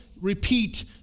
repeat